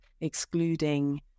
excluding